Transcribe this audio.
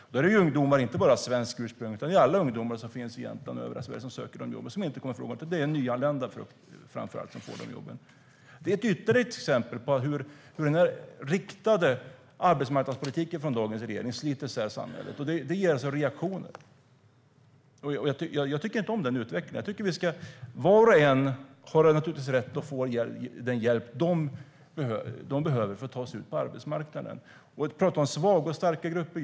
Det är inte bara ungdomar med svenskt ursprung utan alla ungdomar som finns i Jämtland och i övriga Sverige som söker dessa jobb och som inte kommer i fråga. Det är framför allt nyanlända som får dessa jobb. Detta är ytterligare ett exempel på hur denna riktade arbetsmarknadspolitik från den nuvarande regeringen sliter isär samhället. Det ger reaktioner. Jag tycker inte om den utvecklingen. Var och en har naturligtvis rätt att få den hjälp som de behöver för att ta sig ut på arbetsmarknaden. Det talas om svaga och starka grupper.